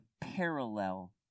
parallel